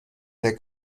der